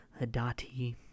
Hadati